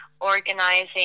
organizing